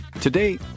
today